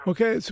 Okay